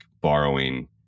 borrowing